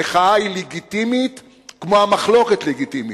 המחאה היא לגיטימית כמו שהמחלוקת היא לגיטימית.